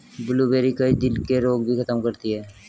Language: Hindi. ब्लूबेरी, कई दिल के रोग भी खत्म करती है